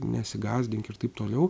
nesigąsdink ir taip toliau